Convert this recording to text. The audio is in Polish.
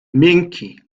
miękki